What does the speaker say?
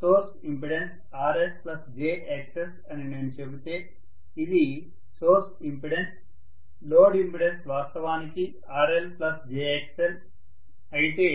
source impedance RsjXs అని నేను చెబితే ఇది సోర్స్ ఇంపెడెన్స్ లోడ్ ఇంపెడెన్స్ వాస్తవానికి RL jXL అయితే